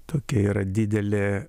tokia yra didelė